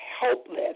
helpless